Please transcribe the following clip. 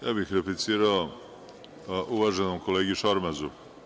Ja bih replicirao uvaženom kolegi Šormazu.